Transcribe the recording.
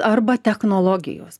arba technologijos